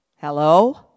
Hello